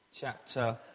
chapter